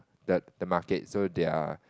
the the market they are